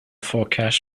forecast